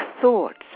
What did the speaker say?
thoughts